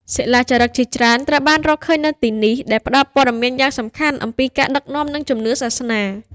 សិលាចារឹកជាច្រើនត្រូវបានរកឃើញនៅទីនេះ ដែលផ្តល់ព័ត៌មានយ៉ាងសំខាន់អំពីការដឹកនាំ និងជំនឿសាសនា។